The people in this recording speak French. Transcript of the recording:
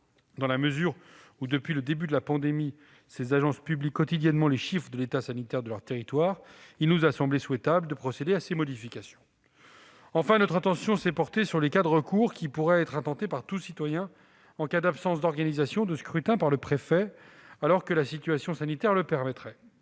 Dans la mesure où, depuis le début de la pandémie, ces agences publient quotidiennement les chiffres de l'état sanitaire de leur territoire, il nous a semblé souhaitable de procéder à ces modifications. Enfin, notre attention s'est portée sur les recours que pourrait intenter tout citoyen à défaut d'organisation d'un scrutin par le préfet, alors que la situation sanitaire le permettrait.